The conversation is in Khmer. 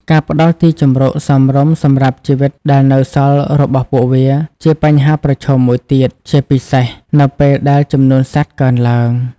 ការផ្តល់ទីជម្រកសមរម្យសម្រាប់ជីវិតដែលនៅសល់របស់ពួកវាជាបញ្ហាប្រឈមមួយទៀត ជាពិសេសនៅពេលដែលចំនួនសត្វកើនឡើង។